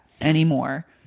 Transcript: anymore